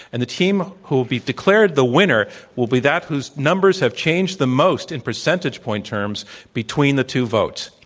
and the team who will be declared the winner will be that whose numbers have changed the most in percentage point terms between the two votes.